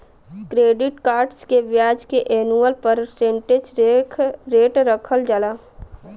credit cards के ब्याज के एनुअल परसेंटेज रेट रखल जाला